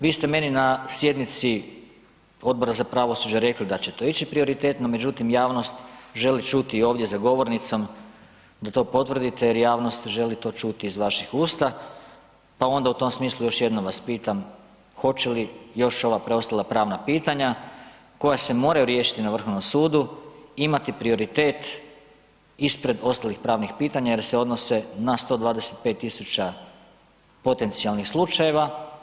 Vi ste meni na sjednici Odbora za pravosuđe rekli da će to ići prioritetno, međutim javnost želi čuti i ovdje za govornicom da to potvrdite jer javnost želi to čuti iz vaših usta, pa onda u tom smislu još jednom vas pitam, hoće li još ova preostala pravna pitanja koja se moraju riješiti na Vrhovnom sudu imati prioritet ispred ostalih pravnih pitanja jer se odnose na 125.000 potencijalnih slučajeva?